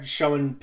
showing